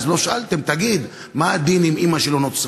חבר הכנסת גואטה, אדוני מבקש הבעת דעה?